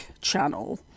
channel